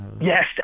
Yes